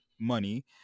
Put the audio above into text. money